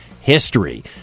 history